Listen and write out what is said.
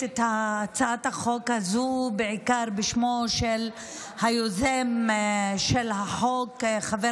הצעת החוק הזו בעיקר בשמו של היוזם של החוק, חבר